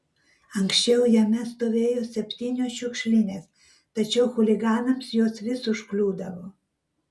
anksčiau jame stovėjo septynios šiukšlinės tačiau chuliganams jos vis užkliūdavo